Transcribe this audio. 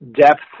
depth